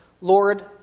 Lord